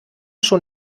schon